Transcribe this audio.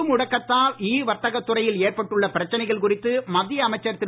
பொது முடக்கத்தால் இ வர்த்தகத் துறையில் ஏற்பட்டுள்ள பிரச்சனைகள் மத்திய அமைச்சர் திரு